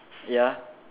ya